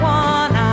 one